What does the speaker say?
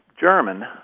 German